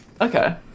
Okay